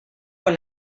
con